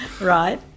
Right